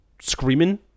screaming